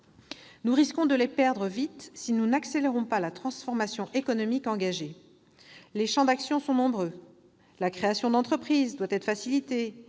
nous risquons de les perdre vite si nous n'accélérons pas la transformation économique engagée. Les champs d'action sont nombreux : la création d'entreprises doit être facilitée,